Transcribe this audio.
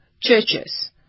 churches